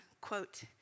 quote